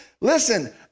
Listen